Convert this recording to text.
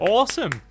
Awesome